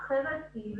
חורג" אבל אני